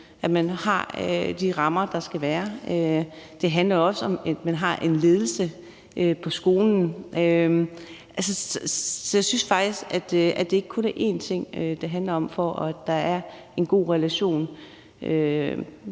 at man har de rammer, der skal være, men det handler jo også om, at man har en ledelse på skolen; så jeg synes faktisk, at det ikke kun er én ting, det handler om, for at der er en god relation.